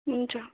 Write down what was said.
हुन्छ